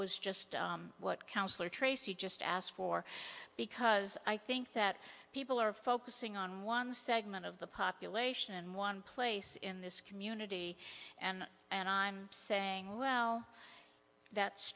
was just what councilor tracy just asked for because i think that people are focusing on one segment of the population and one place in this community and and i'm saying well that's